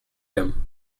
them